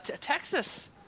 Texas